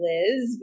Liz